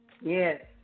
Yes